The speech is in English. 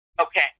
Okay